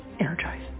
Energize